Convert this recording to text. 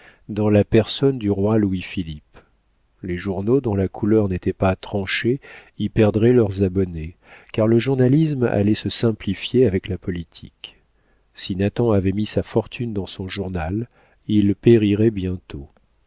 dans la personne du roi louis-philippe les journaux dont la couleur n'était pas tranchée y perdraient leurs abonnés car le journalisme allait se simplifier avec la politique si nathan avait mis sa fortune dans son journal il périrait bientôt